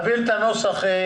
יבהירו את הנוסח.